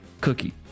Cookie